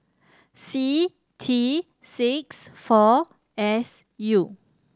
C T six four S U